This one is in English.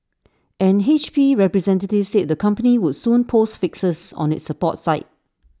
an H P representative said the company would soon post fixes on its support site